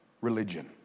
religion